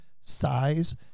size